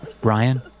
Brian